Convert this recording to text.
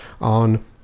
on